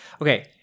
Okay